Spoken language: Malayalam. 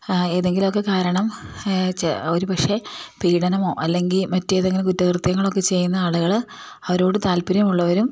ഏതെങ്കിലുമൊക്കെ കാരണം ഒരു പക്ഷെ പീഡനമോ അല്ലെങ്കിൽ മറ്റേതെങ്കിലും കുറ്റകൃത്യങ്ങളൊക്കെ ചെയ്യുന്ന ആളുകൾ അവരോട് താല്പര്യമുള്ളവരും